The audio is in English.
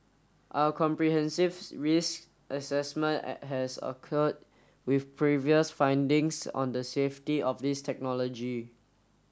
our comprehensives risk assessment at has occurred with previous findings on the safety of this technology